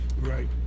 Right